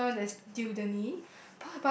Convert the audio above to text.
so there's now there's Dewdanie